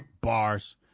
Bars